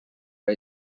jäi